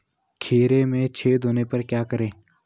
खीरे में छेद होने पर क्या करें?